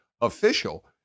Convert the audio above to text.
official